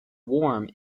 warm